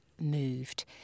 moved